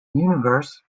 universe